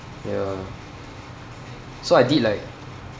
ya so I did like